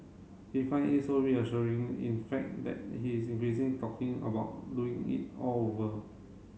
he find it so reassuring in fact that he is increasing talking about doing it all over